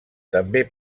també